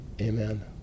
amen